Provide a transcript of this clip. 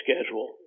schedule